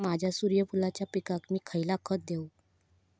माझ्या सूर्यफुलाच्या पिकाक मी खयला खत देवू?